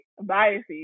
biases